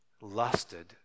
lusted